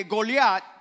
Goliath